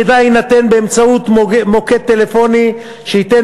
המידע יינתן באמצעות מוקד טלפוני שייתן